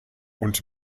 und